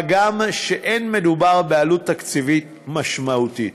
מה גם שלא מדובר בעלות תקציבית משמעותית.